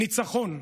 ניצחון.